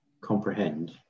comprehend